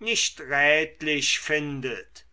nicht rätlich findet